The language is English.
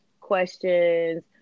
questions